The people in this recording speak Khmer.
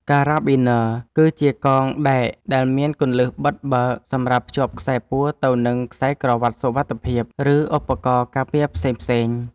ការ៉ាប៊ីន័រ គឺជាកងដែកដែលមានគន្លឹះបិទបើកសម្រាប់ភ្ជាប់ខ្សែពួរទៅនឹងខ្សែក្រវាត់សុវត្ថិភាព ឬឧបករណ៍ការពារផ្សេងៗ។